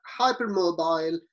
hypermobile